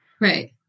Right